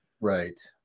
Right